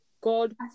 God